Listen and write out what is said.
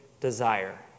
desire